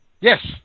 Yes